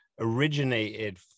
originated